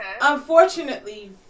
unfortunately